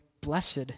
Blessed